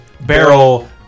barrel